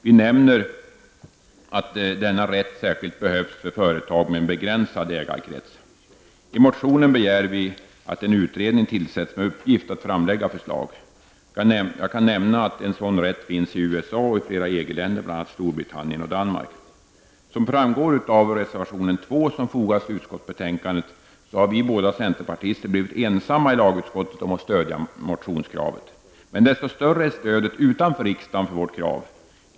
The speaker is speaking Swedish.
Vi nämner att denna rätt särskilt behövs för företag med en begränsad ägarkrets. I motionen begär vi att en utredning tillsätts med uppgift att framlägga förslag. En sådan rätt finns i USA och i flera EG Som framgår av reservation nr 2 som fogats till utskottsbetänkandet har vi båda centerpartister blivit ensamma i lagutskottet om att stödja motionskravet. Men desto större är stödet utanför riksdagen för vårt krav.